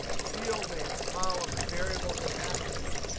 field names, columns, variables, and attributes.